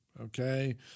Okay